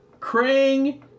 Krang